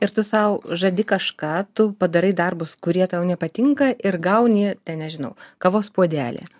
ir tu sau žadi kažką tu padarai darbus kurie tau nepatinka ir gauni ten nežinau kavos puodelį